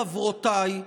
חברותיי,